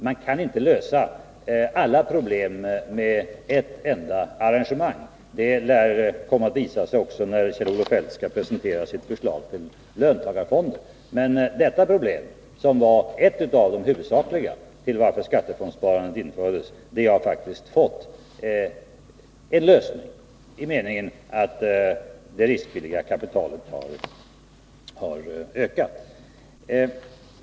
Man kan inte lösa alla problem med ett enda arrangemang. Det lär visa sig att vara så även när Kjell-Olof Feldt skall presentera sitt förslag till löntagarfonder. Detta problem, som var ett av de huvudsakliga skälen till att skattefondssparandet infördes, har faktiskt fått en lösning, i den meningen att det riskvilliga kapitalet har ökat.